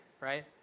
right